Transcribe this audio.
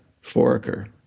Foraker